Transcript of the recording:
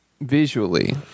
visually